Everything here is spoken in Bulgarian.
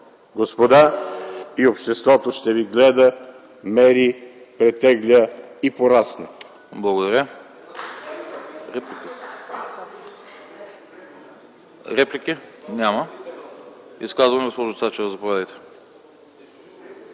господа, и обществото ще ви гледа, мери, претегля и порасне.